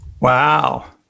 Wow